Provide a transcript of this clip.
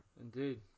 Indeed